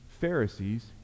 Pharisees